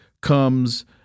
comes